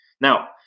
Now